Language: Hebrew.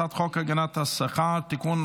הצעת חוק הגנת השכר (תיקון,